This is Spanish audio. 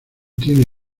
tiene